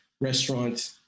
restaurant